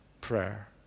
prayer